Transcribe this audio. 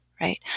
right